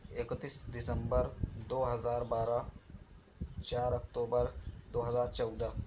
اکتیس دسمبر دو ہزار بارہ چار اکتوبر دو ہزار چودہ